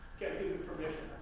give permission,